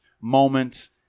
moments